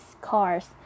cars